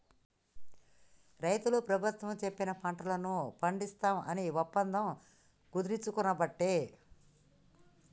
రైతులు ప్రభుత్వం చెప్పిన పంటలను పండిస్తాం అని ఒప్పందం కుదుర్చుకునబట్టే